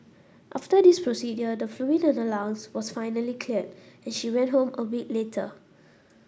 after this procedure the fluid in her lungs was finally cleared and she went home a week later